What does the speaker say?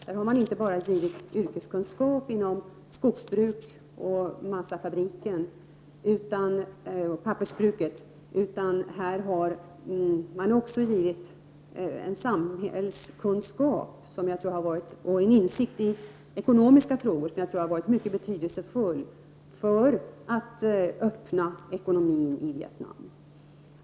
Där har man inte bara förmedlat yrkeskunskap inom skogsbruk och pappersframställning utan där har man också förmedlat samhällskunskap och insikt i ekonomiska frågor som jag tror haft stor betydelse för att öppna ekonomin i Vietnam.